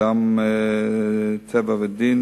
"אדם טבע ודין",